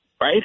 Right